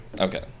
okay